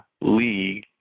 league